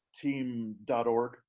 team.org